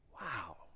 Wow